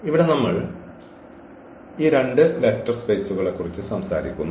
ഇവിടെ നമ്മൾ ഈ രണ്ട് വെക്റ്റർ സ്പേസ്കളെക്കുറിച്ച് സംസാരിക്കുന്നു